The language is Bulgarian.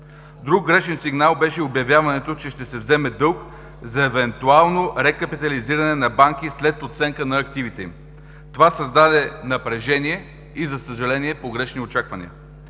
Друг грешен сигнал беше обявяването, че ще се вземе дълг за евентуално рекапитализиране на банки след оценка на активите им. Това създаде напрежение, и за съжаление – погрешни очаквания.